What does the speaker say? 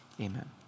amen